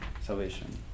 salvation